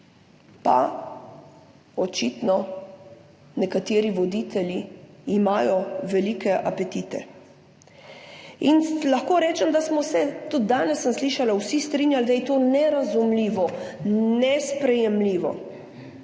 Pa očitno nekateri voditelji imajo velike apetite in lahko rečem, da smo se, tudi danes sem slišala, vsi strinjali, da je to nerazumljivo, nesprejemljivo,